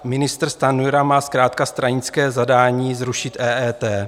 Ministr Stanjura má zkrátka stranické zadání zrušit EET.